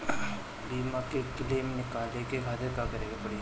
बीमा के क्लेम निकाले के खातिर का करे के पड़ी?